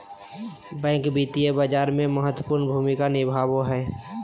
bank वित्तीय बाजार में महत्वपूर्ण भूमिका निभाबो हइ